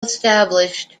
established